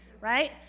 right